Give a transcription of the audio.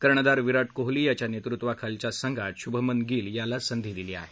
कर्णधार विराट कोहली यांच्या नेतृत्वाखालच्या संघात शुभमन गिल याला संधी दिली आहे